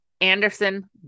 Anderson